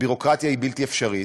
הביורוקרטיה היא בלתי אפשרית.